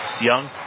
Young